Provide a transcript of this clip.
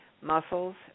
muscles